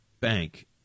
bank